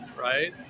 right